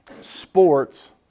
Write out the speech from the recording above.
Sports